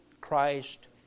Christ